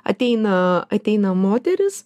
ateina ateina moteris